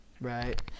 Right